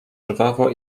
żwawo